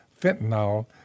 fentanyl